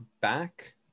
back